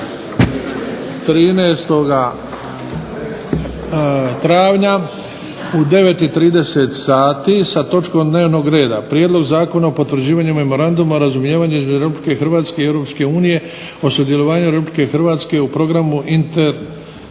13. travnja u 9,30 sati sa točkom dnevnog reda - prijedlog Zakona o potvrđivanju memoranduma o razumijevanju između Republike Hrvatske i Europske unije o sudjelovanju Republike Hrvatske u programu interoperabilna